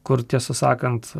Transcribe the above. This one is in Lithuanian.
kur tiesą sakant